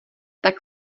tak